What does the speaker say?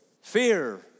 Fear